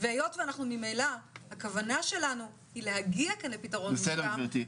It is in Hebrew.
והיות שממילא הכוונה שלנו היא להגיע כאן לפתרון מוסכם,